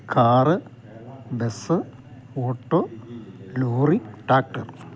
car bus auto lorry tractor